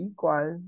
Equal